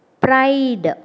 pride